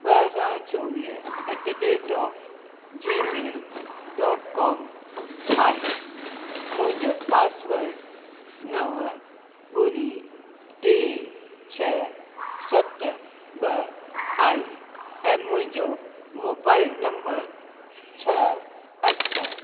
ॿ हज़ार चोवीह at the rate of gmail dot com आहे मुंहिंजो पासवर्ड नव ॿुड़ी टे छह सत ॿ आहे ऐं मुंहिंजो मोबाइल नंबर छह अठ